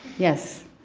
yes.